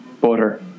Butter